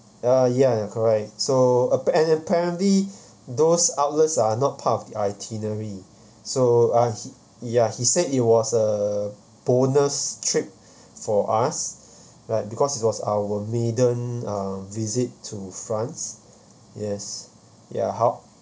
uh ya correct so and apparently those outlets are not part of the itinerary so ah ya he said it was a bonus trip for us like because it was our maiden uh visit to france yes ya how